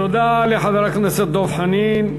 תודה לחבר הכנסת דב חנין.